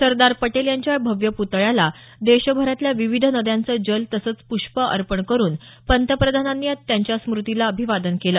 सरदार पटेल यांच्या या भव्य पुतळ्याला देशभरातल्या विविध नद्यांचं जल तसंच प्ष्प अर्पण करून पंतप्रधानांनी या त्यांच्या स्मृतीला अभिवादन केलं